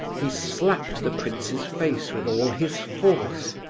he slapped the prince's face with all his force.